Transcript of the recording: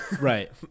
Right